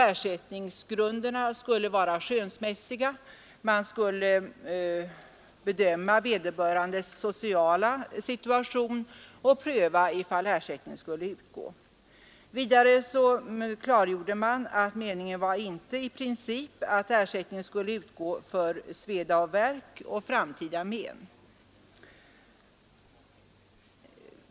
Ersättningsgrunderna skulle vara skönsmässiga. Man skulle bedöma vederbörandes sociala situation och pröva ifall ersättning skulle utgå. Vidare klargjorde man att meningen i princip inte var att ersättning skulle utgå för sveda och värk och framtida men.